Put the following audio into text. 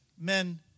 men